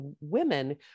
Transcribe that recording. women